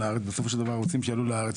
בסופו של דבר רוצים שיעלו לארץ,